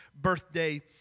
birthday